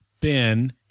Ben